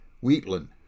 wheatland